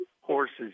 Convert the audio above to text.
horse's